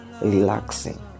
relaxing